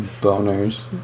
Boners